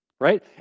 right